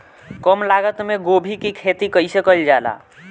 कम लागत मे गोभी की खेती कइसे कइल जाला?